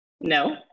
No